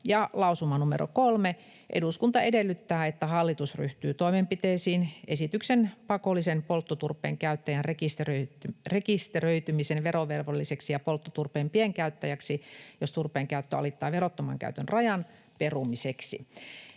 lausuma numero 3: ”Eduskunta edellyttää, että hallitus ryhtyy toimenpiteisiin esityksen pakollisen polttoturpeen käyttäjän rekisteröitymisen verovelvolliseksi ja polttoturpeen pienkäyttäjäksi, jos turpeen käyttö alittaa verottoman käytön rajan, perumiseksi.”